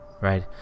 Right